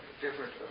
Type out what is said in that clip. different